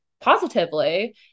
positively